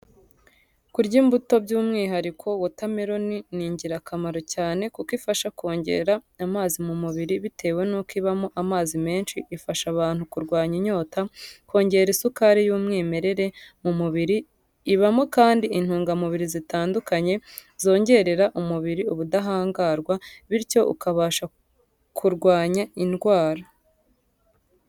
Kurya imbuto by'umwihariko wota meloni ni ingirakamaro cyane kuko ifasha kongera amazi mu mubiri bitewe n'uko ibamo amazi menshi, ifasha abantu kurwanya inyota, kongera isukari y'umwimerere mu mubiri, ibamo kandi intungamubiri zitandukanye zongerera umubiriri ubudahangarwa bityo ukabasha kurwanya indwara.